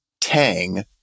Tang